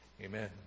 Amen